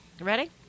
Ready